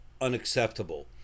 unacceptable